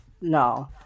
No